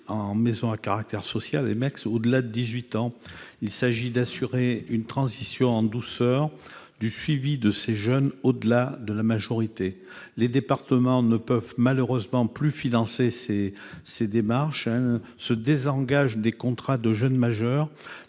d'enfants à caractère social au-delà de 18 ans. Il s'agit d'assurer une transition en douceur du suivi de ces jeunes au-delà de la majorité. Les départements ne peuvent malheureusement plus financer de telles démarches. Ils se désengagent des contrats jeunes majeurs,